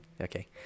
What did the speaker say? Okay